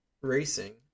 Racing